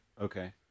Okay